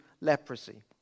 leprosy